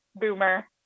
Boomer